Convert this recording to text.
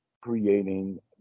creating